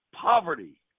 poverty